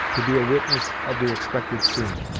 to be a witness of the expected scene.